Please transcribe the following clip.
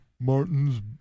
Martin's